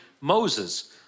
Moses